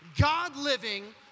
God-living